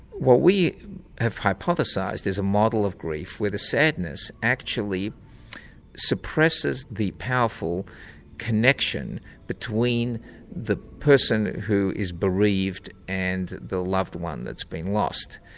what we have hypothesised is a model of grief where the sadness actually suppresses the powerful connection between the person who is bereaved and the loved one that's been lost.